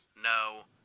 no